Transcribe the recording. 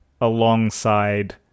alongside